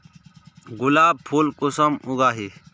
गुलाब फुल कुंसम उगाही?